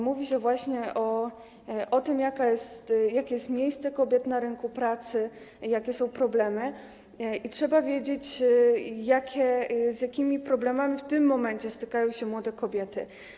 Mówi się właśnie o tym, jakie jest miejsce kobiet na rynku pracy, jakie są problemy - że trzeba wiedzieć, z jakimi problemami w tym momencie stykają się młode kobiety.